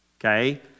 Okay